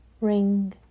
ring